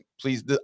please